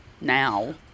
now